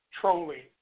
trolling